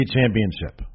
Championship